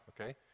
okay